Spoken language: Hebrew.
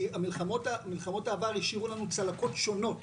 כי מלחמות העבר השאירו לנו צלקות שונות.